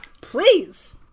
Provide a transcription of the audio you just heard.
Please